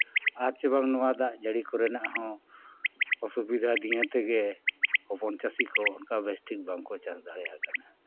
ᱟᱨ ᱪᱮ ᱵᱟᱝ ᱱᱚᱣᱟ ᱫᱟᱜ ᱡᱟᱹᱲᱤ ᱠᱚᱨᱮᱱᱟᱜ ᱦᱚᱸ ᱚᱥᱩᱵᱤᱫᱷᱟ ᱫᱤᱭᱮ ᱛᱮᱜᱮ ᱦᱚᱯᱚᱱ ᱪᱟᱹᱥᱤ ᱠᱚ ᱚᱱᱠᱟ ᱵᱮᱥᱴᱷᱤᱠ ᱵᱟᱝᱠᱚ ᱪᱟᱥ ᱫᱟᱲᱮᱭᱟᱜ ᱠᱟᱱᱟ